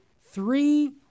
three